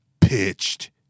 pitched